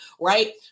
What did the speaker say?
right